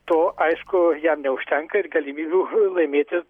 to aišku jam neužtenka ir galimybių laimėti